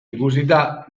ikusita